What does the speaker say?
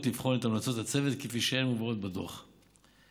לבחון את המלצות הצוות כפי שהן מובאות בדוח הביניים.